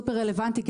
ורלוונטי מאוד,